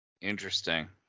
Interesting